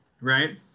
right